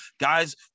guys